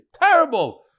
Terrible